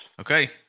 Okay